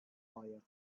fire